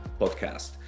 Podcast